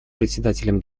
председателем